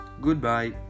Goodbye